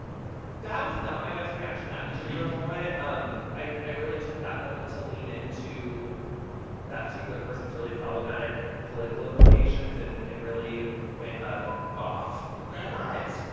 that was not my best reaction that particular moment. um i i really took that moment to lean into that particular person's really problematic political affiliations and and really went ah the off ok but,